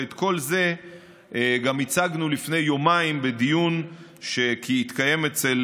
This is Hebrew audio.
ואת כל זה גם הצגנו לפני יומיים בדיון שהתקיים אצל